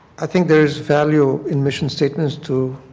i think there is value in mission statements to